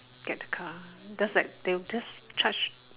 get the car just like they'll just charge